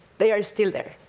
they are still there.